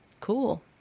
cool